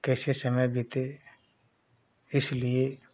कैसे समय बीते इसलिए